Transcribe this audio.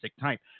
type